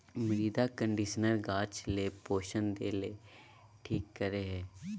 मृदा कंडीशनर गाछ ले पोषण देय ले ठीक करे हइ